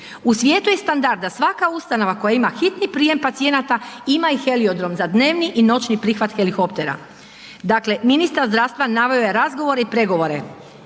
U svijetu je standard da svaka ustanova koja ima hitni prijem pacijenata ima i heliodrom za dnevni i noćni prihvat helikoptera. Dakle, ministar zdravstva naveo je razgovore i pregovore